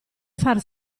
far